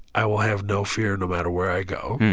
i will have no fear, no matter where i go.